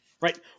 Right